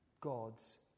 God's